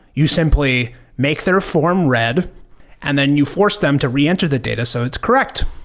you simply make their form read and then you force them to re-enter the data, so it's correct.